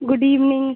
good evening